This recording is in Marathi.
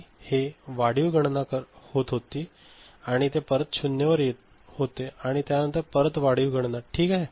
पूर्वी हे वाढीव गणना होत होती आणि ते परत 0 वर येत होते आणि त्या नंतर परत वाढीव गणना ठीक आहे